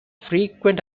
frequent